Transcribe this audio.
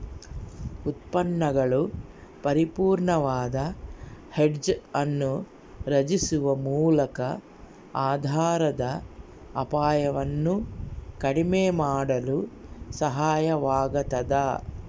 ಉತ್ಪನ್ನಗಳು ಪರಿಪೂರ್ಣವಾದ ಹೆಡ್ಜ್ ಅನ್ನು ರಚಿಸುವ ಮೂಲಕ ಆಧಾರದ ಅಪಾಯವನ್ನು ಕಡಿಮೆ ಮಾಡಲು ಸಹಾಯವಾಗತದ